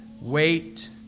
wait